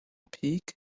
peak